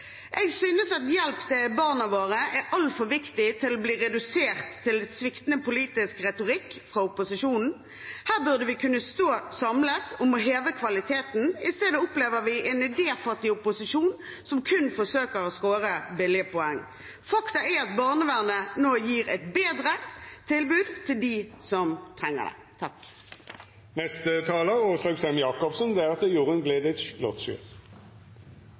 Jeg synes at hjelp til barna våre er altfor viktig til å bli redusert til en sviktende politisk retorikk fra opposisjonen. Her burde vi kunne stå samlet om å heve kvaliteten. I stedet opplever vi en idéfattig opposisjon som kun forsøker å score billige poeng. Fakta er at barnevernet nå gir et bedre tilbud til dem som trenger det.